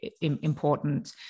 important